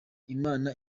imana